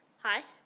hi.